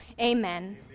amen